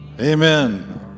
Amen